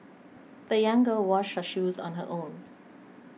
the young girl washed her shoes on her own